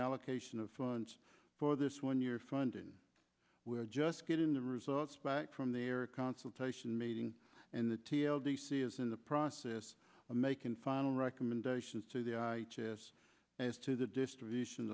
allocation of funds for this one year funding we're just getting the results back from their a consultation meeting in the t l d c is in the process of making final recommendations to the us as to the distribution